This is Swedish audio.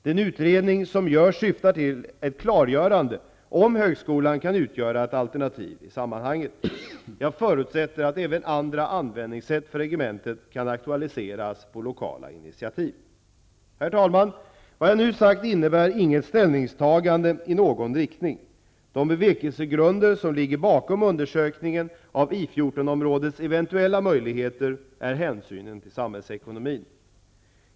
Den utredning som görs syftar till ett klargörande om högskolan kan utgöra ett alternativ i sammanhanget. Jag förutsätter att även andra användningssätt för regementet kan aktualiseras på lokala initiativ. Herr talman! Vad jag nu sagt innebär inget ställningstagande i någon riktning. De bevekelsegrunder som ligger bakom undersökningen av I 14-områdets eventuella möjligheter är hänsynen till samhällsekonomin.